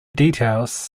details